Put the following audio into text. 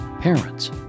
parents